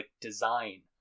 design